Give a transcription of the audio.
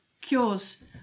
cures